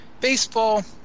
Baseball